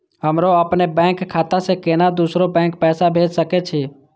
हमरो अपने बैंक खाता से केना दुसरा देश पैसा भेज सके छी?